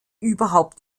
überhaupt